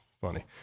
funny